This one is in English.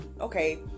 okay